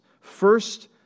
First